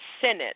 Senate